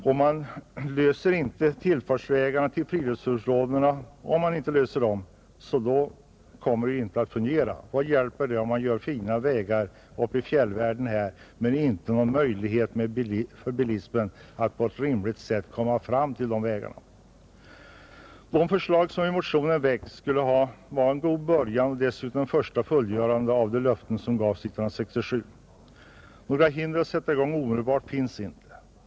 Löser man inte problemet med tillfartsvägar till friluftsområdena, kommer det hela inte att fungera, Vad hjälper det om man gör fina vägar uppe i fjällvärlden men inte ger bilisten någon möjlighet att på ett rimligt sätt ta sig fram till de vägarna? De förslag som vi presenterat i motionen skulle vara en god början och dessutom innebära ett första steg mot fullföljandet av de löften som gavs 1967. Några hinder för att sätta i gång omedelbart finns inte.